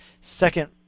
Second